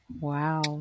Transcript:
wow